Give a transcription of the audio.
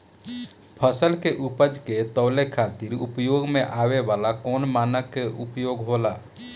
फसल के उपज के तौले खातिर उपयोग में आवे वाला कौन मानक के उपयोग होला?